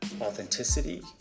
authenticity